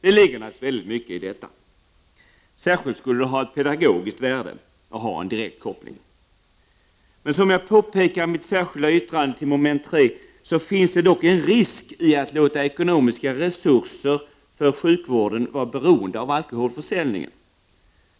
Det ligger naturligtvis mycket i detta. Särskilt skulle det ha ett pedagogiskt värde att ha en direkt koppling. Som jag påpekar i mitt särskilda yttrande under mom. 3 finns det dock en risk i att låta ekonomiska resurser för sjukvården vara beroende av alkoholförsäljningen.